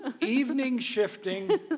evening-shifting